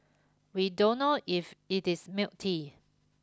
we don't know if it is milk tea